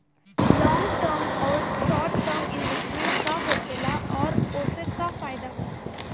Long term आउर short term investment का होखेला और ओसे का फायदा बा?